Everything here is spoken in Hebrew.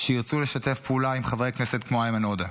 שתרצינה לשתף פעולה עם חברי כנסת כמו איימן עודה,